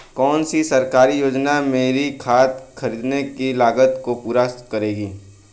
कौन सी सरकारी योजना मेरी खाद खरीदने की लागत को पूरा करेगी?